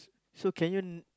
so can you